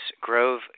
Grove